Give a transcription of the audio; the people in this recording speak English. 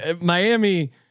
Miami